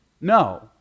No